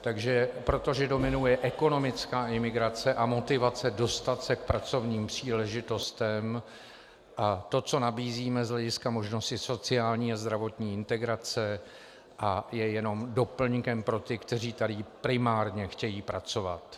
Takže protože dominuje ekonomická imigrace a motivace dostat se k pracovním příležitostem, to, co nabízíme z hlediska možnosti sociální a zdravotní integrace, je jenom doplňkem pro ty, kteří tady primárně chtějí pracovat.